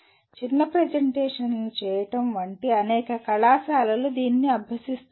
చిన్న ప్రెజెంటేషన్లు చేయడం వంటి అనేక కళాశాలలు దీనిని అభ్యసిస్తున్నాయి